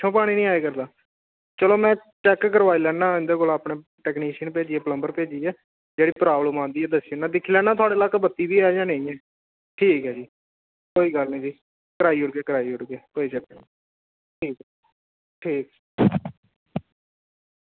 नेईं आवा करदा चलो में चैक करोआई लैन्ना इंदे कोला टेक्निशियन भेजियै प्लम्बर भेजियै किश प्रॉब्लम आंदी ऐ में दिक्खी लैना किश लाईन कि ठीक न जां नेईं कोई गल्ल निं कराई ओड़गे कोई चक्कर निं ठीक